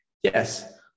Yes